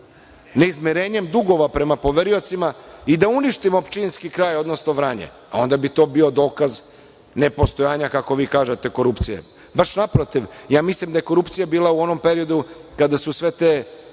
ne izmirenjem dugova prema poveriocima i da uništimo Pčinjski kraj odnosno Vranje, onda bi to bio dokaz ne postojanja kako vi kažete korupcije. Baš naprotiv, mislim da je korupcija bila u onom periodu kada su sve te